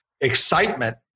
excitement